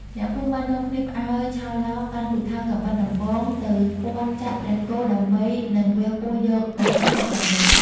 អ្នកភូមិបាននាំគ្នាផ្អើលឆោឡោ កាន់ពូថៅ កាំបិត ដំបង ទៅព័ទ្ធចាប់ព្រះគោដើម្បីនឹងវះពោះយកវត្ថុទិព្វទាំងនោះ ។